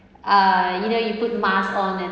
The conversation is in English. uh you know you put mask on and